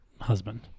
husband